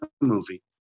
movie